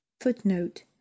footnote